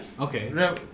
Okay